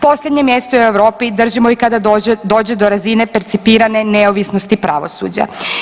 Posljednje mjesto u Europi držimo i kada dođe do razine percipirane neovisnosti pravosuđa.